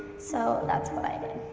so, that's what i but